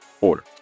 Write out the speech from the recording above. order